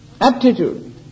aptitude